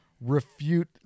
refute